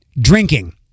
drinking